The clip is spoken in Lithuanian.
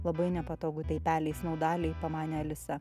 labai nepatogu tai pelei snaudalei pamanė alisa